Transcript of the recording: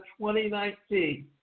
2019